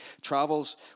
travels